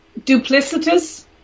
duplicitous